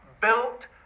built